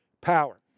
power